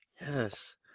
Yes